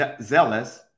zealous